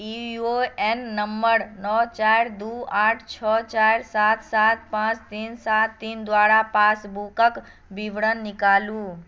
U A N number नओ चारि दू आठ छओ चारि सात सात पाँच तीन सात तीन द्वारा पासबुकक विवरण निकालू